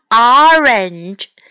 Orange